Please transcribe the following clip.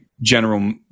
General